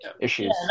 issues